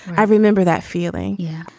i remember that feeling yeah.